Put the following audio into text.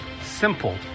simple